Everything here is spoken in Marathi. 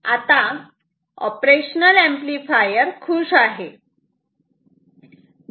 आता ऑपरेशनल ऍम्प्लिफायर खुश आहे